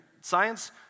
Science